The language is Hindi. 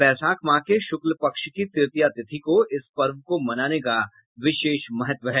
वैशाख माह के श्क्ल पक्ष की तृतीया तिथि को इस पर्व को मनाने का विशेष महत्व है